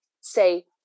say